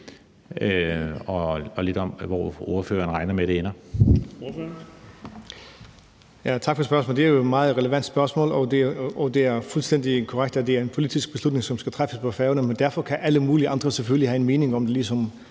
og lidt om, hvor ordføreren regner med det ender.